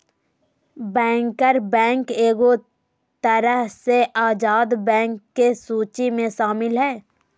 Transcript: banker bank एगो तरह से आजाद बैंक के सूची मे शामिल हय